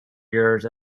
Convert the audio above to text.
years